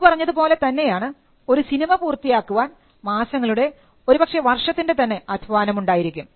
എന്നു പറഞ്ഞതുപോലെ തന്നെയാണ് ഒരു സിനിമ പൂർത്തിയാക്കുവാൻ മാസങ്ങളുടെ ഒരുപക്ഷേ വർഷത്തിൻറെ തന്നെ അധ്വാനം ഉണ്ടായിരിക്കും